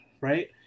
right